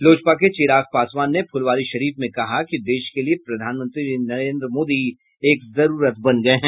लोजपा के चिराग पासवान ने फुलवारीशरीफ में कहा कि देश के लिए प्रधानमंत्री नरेन्द्र मोदी एक जरूरत बन गये हैं